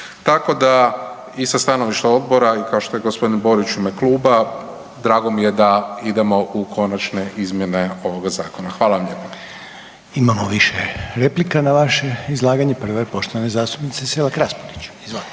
Tako da, i sa stanovišta odbora i kao što je g. Borić u ime kluba, drago mi je da idemo u konačne izmjene ovoga Zakona. Hvala vam lijepo. **Reiner, Željko (HDZ)** Imamo više replika na vaše izlaganje. Prva je poštovane zastupnice Selak Raspudić. **Selak